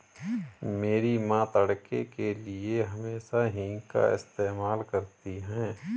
मेरी मां तड़के के लिए हमेशा हींग का इस्तेमाल करती हैं